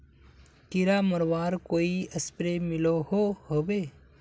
कीड़ा मरवार कोई स्प्रे मिलोहो होबे?